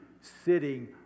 sitting